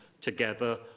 together